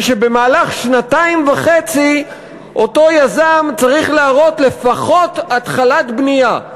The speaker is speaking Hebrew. זה שבמהלך שנתיים וחצי אותו יזם צריך להראות לפחות התחלת בנייה,